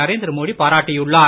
நரேந்திர மோடி பாராட்டியுள்ளார்